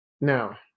Now